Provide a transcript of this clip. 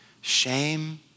shame